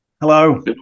Hello